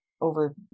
over